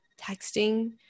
texting